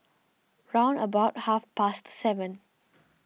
round about half past seven